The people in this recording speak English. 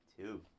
two